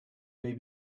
may